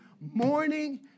morning